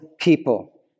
people